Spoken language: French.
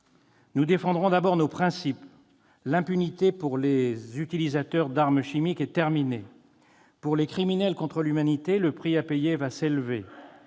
Nous défendrons d'abord nos principes : l'impunité pour les utilisateurs d'armes chimiques est terminée. Pour les criminels contre l'humanité, le prix à payer va s'élever.